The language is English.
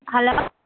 hello